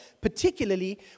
Particularly